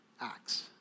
acts